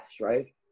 right